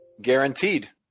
guaranteed